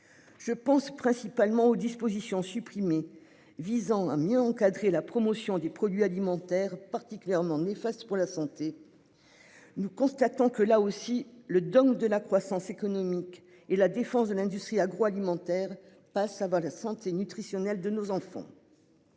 Je pense principalement aux dispositions supprimées visant à mieux encadrer la promotion des produits alimentaires particulièrement néfaste pour la santé. Nous constatons que là aussi le dogme de la croissance économique et la défense de l'industrie agroalimentaire pas ça va la santé nutritionnelle de nos enfants.